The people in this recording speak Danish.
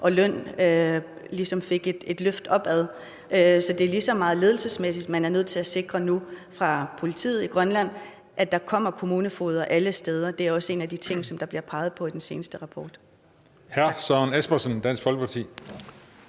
og løn har fået et løft opad. Så det er lige så meget ledelsesmæssigt, at man er nødt til nu fra politiets side i Grønland at sikre, at der kommer kommunefogeder alle steder. Det er også en af de ting, der bliver peget på i den seneste rapport.